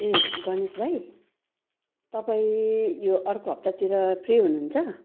ए गणेश भाइ तपाईँ यो अर्को हप्तातिर फ्री हुनुहुन्छ